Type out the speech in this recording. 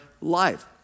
life